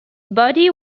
body